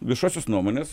viešosios nuomonės